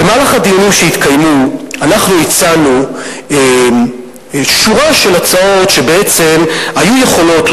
במהלך הדיונים שהתקיימו אנחנו הצענו שורה של הצעות שבעצם היו יכולות,